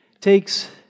takes